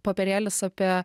popierėlis apie